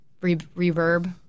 reverb